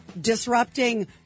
disrupting